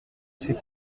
ses